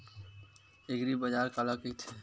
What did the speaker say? एग्रीबाजार काला कइथे?